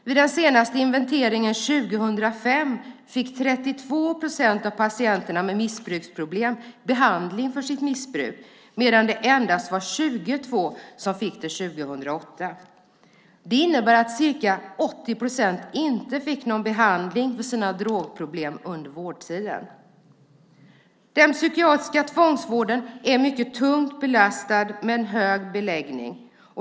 Vid den senaste inventeringen 2005 fick 32 procent av patienterna med missbruksproblem behandling för sitt missbruk, men det var endast 22 procent som fick det 2008. Det innebär att ca 80 procent inte fick någon behandling för sina drogproblem under vårdtiden. Den psykiatriska tvångsvården är mycket tungt belastad med en hög beläggning.